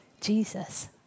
Jesus